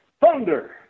Thunder